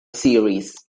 series